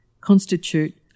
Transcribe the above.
constitute